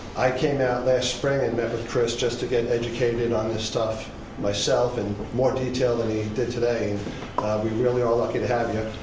i came out last spring and met with chris just to get educated on this stuff myself, in more detail than he did today, and we really are lucky to have you.